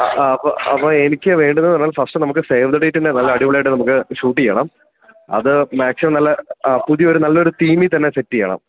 ആ അ അപ്പോൾ അപ്പോൾ എനിക്ക് വേണ്ടുന്നത് എന്ന് പറഞ്ഞാൽ ഫസ്റ്റ് നമുക്ക് സേവ് ദ ഡേറ്റിന് നല്ല അടിപൊളിയായിട്ട് നമുക്ക് ഷൂട്ട് ചെയ്യണം അത് മാക്സിമം നല്ല അ പുതിയൊരു നല്ലൊരു തീമിൽ തന്ന സെറ്റ് ചെയ്യണം